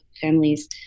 families